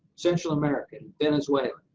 central america, and venezuela.